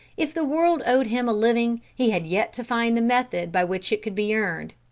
if the world owed him a living, he had yet to find the method by which it could be earned.